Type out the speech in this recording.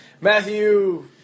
Matthew